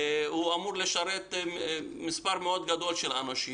הוא אמור לשרת מספר מאוד גדול של אנשים.